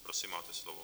Prosím, máte slovo.